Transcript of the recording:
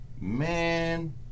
Man